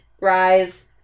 rise